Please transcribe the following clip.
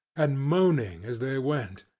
and moaning as they went.